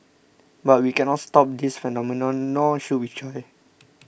but we cannot stop this phenomenon nor should we try